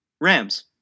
Rams